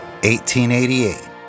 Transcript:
1888